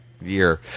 year